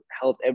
health